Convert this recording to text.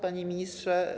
Panie Ministrze!